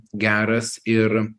geras ir